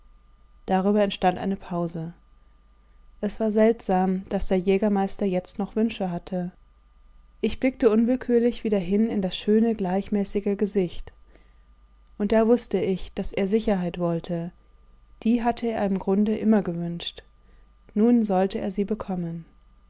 darüber entstand eine pause es war seltsam daß der jägermeister jetzt noch wünsche hatte ich blickte unwillkürlich wieder hin in das schöne gleichmäßige gesicht und da wußte ich daß er sicherheit wollte die hatte er im grunde immer gewünscht nun sollte er sie bekommen